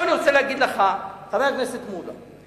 אני רוצה להגיד לך, חבר הכנסת מולה,